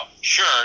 sure